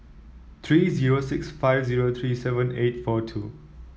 three zero six five zero three seven eight four two